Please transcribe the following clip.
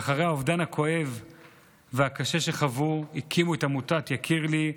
שאחרי האובדן הכואב והקשה שחוו הקימו את עמותת "יקיר לי",